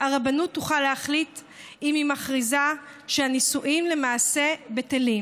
הרבנות תוכל להחליט אם היא מכריזה שהנישואים למעשה בטלים,